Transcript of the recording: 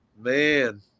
man